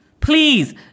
Please